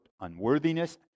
unworthiness